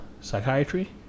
psychiatry